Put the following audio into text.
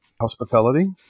hospitality